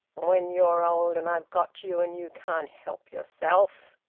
when you're old, and i've got you, and you can't help yourself!